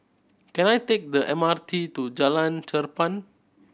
can I take the M R T to Jalan Cherpen